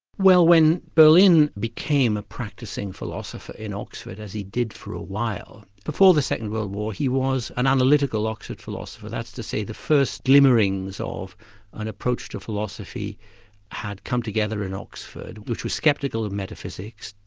well when berlin became a practicing philosopher in oxford, as he did for a while, before the second world war, he was an analytical oxford philosopher, that's to say the first glimmerings of an approach to philosophy had come together in oxford, which was skeptical of metaphysics,